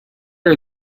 are